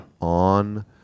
on